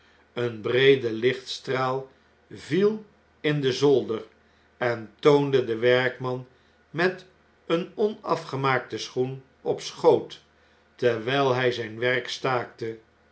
een breede lichtstraal viel in den zolder en toonde den werkman met een onafgemaakten schoen op schoot terwn'l hjj znn werk staakte